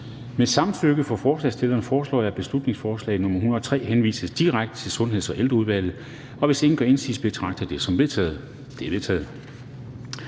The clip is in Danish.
Med samtykke fra forslagsstilleren foreslår jeg, at beslutningsforslag nr. B 103 henvises direkte til Sundheds- og Ældreudvalget. Hvis ingen gør indsigelse, betragter jeg det som vedtaget. Det er vedtaget.